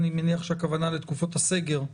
אני מניח שהכוונה היא לתקופות הסגר.